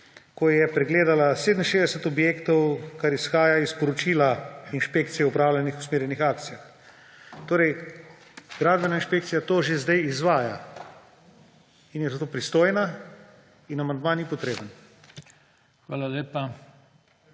ko je pregledala 67 objektov, kar izhaja iz poročila inšpekcije o opravljenih usmerjenih akcijah. Gradbena inšpekcija to že sedaj izvaja in je za to pristojna in amandma ni potreben.